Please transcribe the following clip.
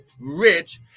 rich